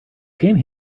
came